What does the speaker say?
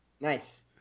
Nice